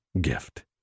gift